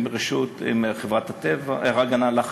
רעיון מדליק.